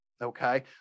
Okay